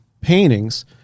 paintings